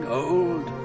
old